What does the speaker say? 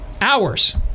Hours